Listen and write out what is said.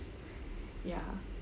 ya